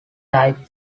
type